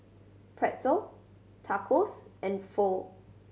Pretzel Tacos and Pho